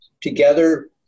together